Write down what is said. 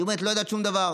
היא אומרת: לא יודעת שום דבר.